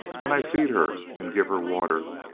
when i feed her and give her water,